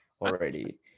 already